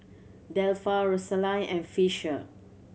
Delpha Rosaline and Fisher